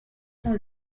cent